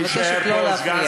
אני מבקשת לא להפריע.